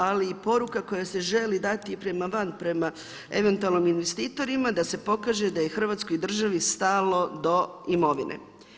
Ali i poruka koja se želi dati i prema van, prema eventualno investitorima, da se pokaže da je Hrvatskoj državi stalo do imovine.